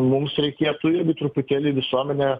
mums reikėtų truputėlį visuomenę